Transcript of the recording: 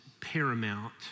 paramount